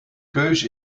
keus